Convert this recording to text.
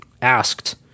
asked